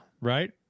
right